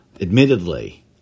admittedly